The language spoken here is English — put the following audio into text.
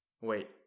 wait